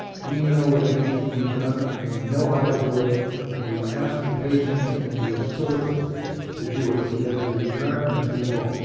we know what needs to be done and we know how to do it and we ask for patience and resources to do it, because the american people